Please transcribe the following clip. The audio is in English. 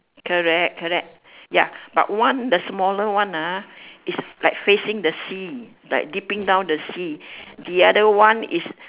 correct correct ya but one the smaller one ah is like facing the sea like dipping down the sea the other one is